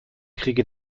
kriege